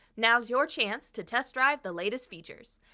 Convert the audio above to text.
now's your chance to test drive the latest features.